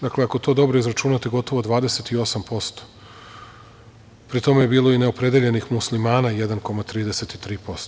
Dakle, ako to dobro izračunate gotovo 28%, pri tome je bilo i neopredeljenih Muslimana 1,33%